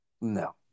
No